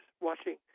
watching